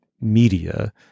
media